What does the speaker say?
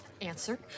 Answer